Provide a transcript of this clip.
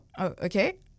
Okay